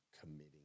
committing